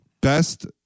Best